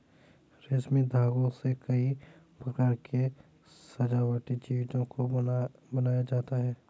रेशमी धागों से कई प्रकार के सजावटी चीजों को बनाया जाता है